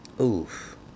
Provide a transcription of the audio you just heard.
oof